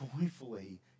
joyfully